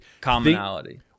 commonality